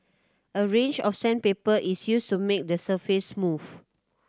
a range of sandpaper is used to make the surface smooth